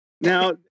Now